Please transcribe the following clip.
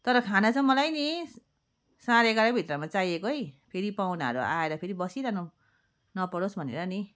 तर खाना चाहिँ मलाई नि साँढे एघारभित्रमा चाहिएको है फेरि पाहुनाहरू आएर फेरि बसिरहनु नपरोस् भनेर नि